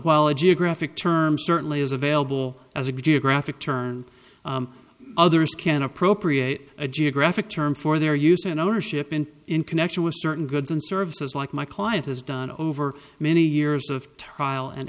while a geographic term certainly is available as a geographic term others can appropriate a geographic term for their use and ownership and in connection with certain goods and services like my client has done over many years of trial and